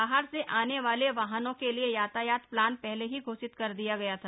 बाहर से आने वाले वाहनों के लिए यातायात प्लान पहले ही घोषित कर दिया गया था